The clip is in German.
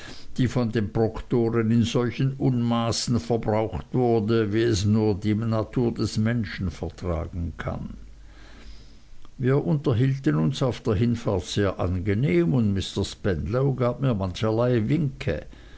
die von den proktoren in solchen unmassen verbraucht wurde wie es nur die natur des menschen vertragen kann wir unterhielten uns auf der hinfahrt sehr angenehm und mr spenlow gab mir mancherlei winke